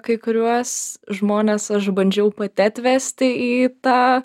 kai kuriuos žmones aš bandžiau pati atvesti į tą